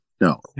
No